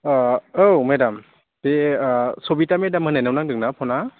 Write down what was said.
अ औ मेदाम बे सबिता मेदाम होननायनाव नांदोंना फ'ना